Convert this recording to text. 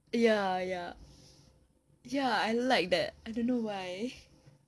ya ya ya I like that I don't know why